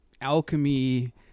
alchemy